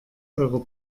eurer